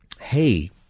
hey